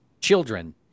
children